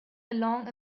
along